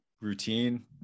routine